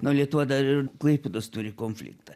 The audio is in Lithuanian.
no lietuva dar ir klaipėdos turi konfliktą